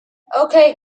okay